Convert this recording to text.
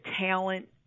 talent